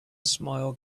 smile